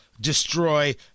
destroy